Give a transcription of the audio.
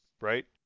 right